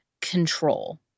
control